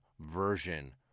version